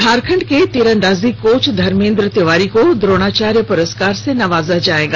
झारखंड के तीरंदाजी कोच धर्मेंद्र तिवारी द्रोणाचार्य पुरस्कार से नवाजा जाएगा